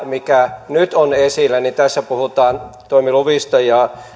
mikä nyt on esillä puhutaan nimenomaan toimiluvista